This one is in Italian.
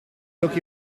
occhi